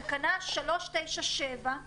תקנה 3.9.7,